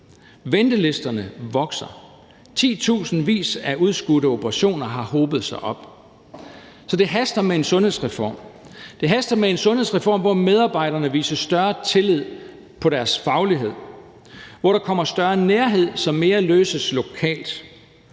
Ventelisterne vokser. Titusindvis af udskudte operationer har hobet sig op. Så det haster med en sundhedsreform. Det haster med en sundhedsreform, hvor medarbejderne vises større tillid på deres faglighed; hvor der kommer større nærhed, så mere løses lokalt.